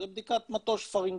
זו בדיקת מטוש פרינגיאלי.